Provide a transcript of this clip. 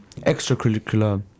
extracurricular